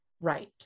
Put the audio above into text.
Right